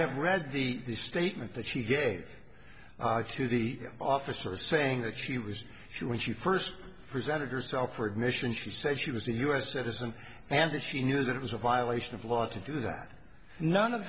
my read the statement that she gave to the officer saying that she was she when she first presented herself for admission she said she was a u s citizen and that she knew that it was a violation of law to do that none of